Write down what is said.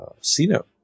C-note